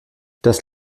das